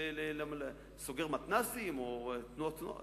סוגר מתנ"סים או תנועות נוער?